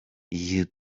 you